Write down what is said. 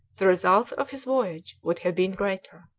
the results of his voyage would have been greater.